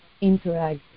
interact